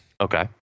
Okay